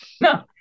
No